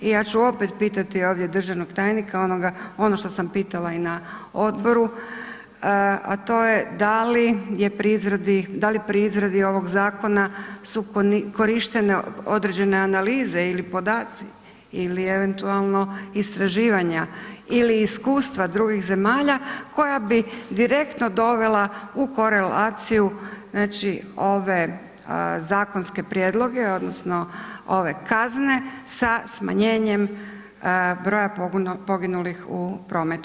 I ja ću opet pitati ovdje državnog tajnika ono što sam pitala i na odboru a to je da li pri izradi ovog zakona su korištene određene analize ili podaci ili eventualno istraživanja ili iskustva drugih zemalja koja bi direktno dovela u korelaciju znači ove zakonske prijedloge odnosno ove kazne sa smanjenjem broja poginulih u prometu.